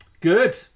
Good